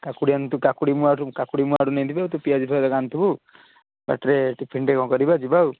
କାକୁଡ଼ି ଆଣିଥିବୁ କାକୁଡ଼ି ମୁଁ ଆଡ଼ୁ କାକୁଡ଼ି ମୁଁ ଆଡ଼ୁ ନେଇଥିବି ତୁ ପିଆଜ ଫିଆଜ କ'ଣ ଆଣିଥିବୁ ଆଉ ବାଟରେ ଟିଫିନ୍ ଟିକିଏ କ'ଣ କରିବା ଯିବା ଆଉ